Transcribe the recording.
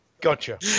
Gotcha